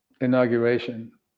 inauguration